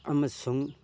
ꯑꯃꯁꯨꯡ